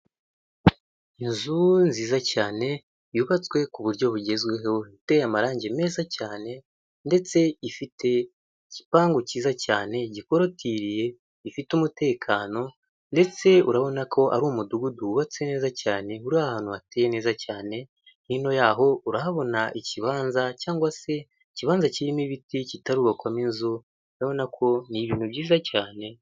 Inzu nziza cyane, yubatswe ku buryo bugezweho, iteteye amarangi meza cyane ndetse ifite igipangu cyiza cyane gikolotiriye, gifite umutekano ndetse urabona ko ari umudugudu wubatse neza cyane uri ahantu hateye neza cyane, hino y'aho urahabona ikibanza cyangwa se ikibanza kirimo ibiti, kitarubakwamo inzu urabona ko ni ibintu byiza cyane.